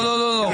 לא, לא.